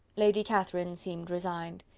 lady catherine seemed resigned.